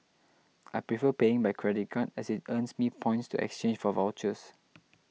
I prefer paying by credit card as it earns me points to exchange for vouchers